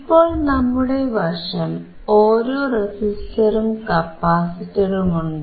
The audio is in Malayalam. ഇപ്പോൾ നമ്മുടെ വശം ഓരോ റെസിസ്റ്ററും കപ്പാസിറ്ററുമുണ്ട്